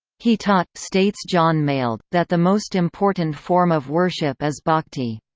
he taught, states jon mayled, that the most important form of worship is bhakti.